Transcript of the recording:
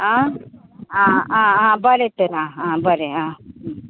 आ आ आ बरें तर आ आ बरें आ